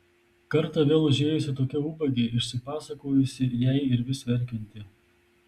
kartą vėl užėjusi tokia ubagė išsipasakojusi jai ir vis verkianti